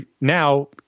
now